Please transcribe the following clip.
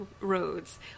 roads